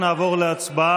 אם כך, נעבור לצבעה.